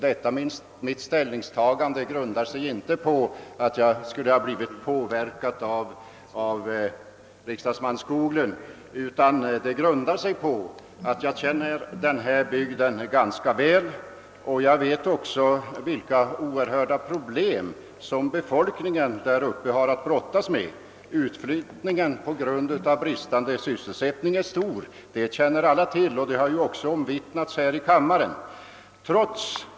Detta mitt ställningstagande grundar sig inte på någon påverkan från riksdagsman Skoglund, utan på att jag känner denna bygd ganska väl. Jag vet vilka oerhörda problem som befolkningen där uppe har att brottas med. Utflyttningen på grund av bristande sysselsättning är stor; det känner alla till och det har också omvittnats i kammaren.